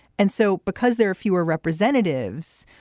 and so because there are fewer representatives,